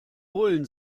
bullen